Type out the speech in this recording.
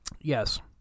Yes